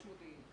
ועמ"ש מודיעין.